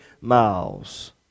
miles